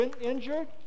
injured